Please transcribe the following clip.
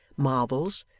marbles,